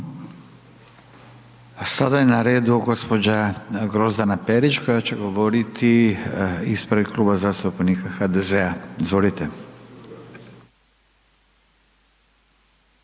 sada je na redu gospođa Grozdana Perić koja će govoriti ispred Kluba zastupnika HDZ-a. Izvolite.